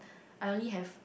I only have